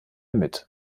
mit